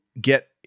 get